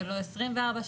ולא עשרים וארבע שעות,